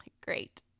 great